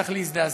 צריך להזדעזע.